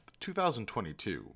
2022